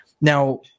now